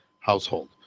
household